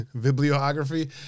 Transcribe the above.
bibliography